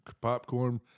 popcorn